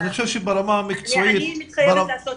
אני חושב שברמה המקצועית --- אני מתחייבת לעשות